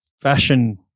fashion